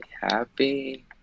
happy